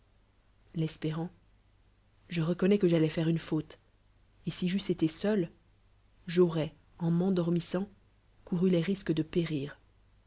l'espér je reconnois que j'ail ois faire une faute et si j'eusse été seul j'aurois en m'endormant couru les risques de périr